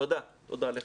תודה לך.